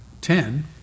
ten